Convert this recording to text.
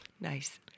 Nice